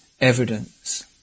evidence